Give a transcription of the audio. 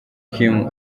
kim